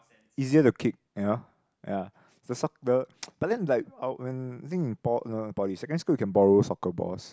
easier to kick you know ya the soc~ the but then like our when I think in po~ no not poly secondary school you can borrow soccer balls